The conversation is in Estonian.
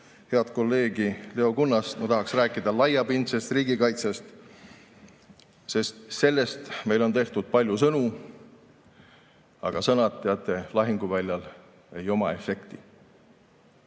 head kolleegi Leo Kunnast, tahan ma rääkida laiapindsest riigikaitsest, sest selle kohta meil on tehtud palju sõnu, aga sõnad, teate, lahinguväljal ei oma efekti,